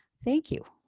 thank you.